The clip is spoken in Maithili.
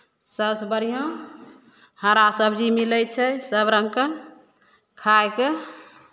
सभसँ बढ़िआँ हरा सबजी मिलै छै सभ रङ्गके खाइके